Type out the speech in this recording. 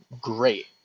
Great